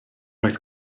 oedd